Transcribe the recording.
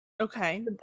okay